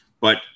but-